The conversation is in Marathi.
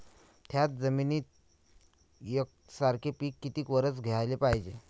थ्याच जमिनीत यकसारखे पिकं किती वरसं घ्याले पायजे?